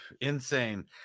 Insane